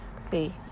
See